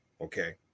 Okay